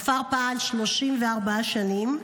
הכפר פעל 34 שנים.